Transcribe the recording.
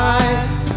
eyes